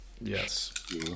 Yes